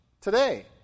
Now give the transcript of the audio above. Today